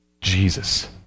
Jesus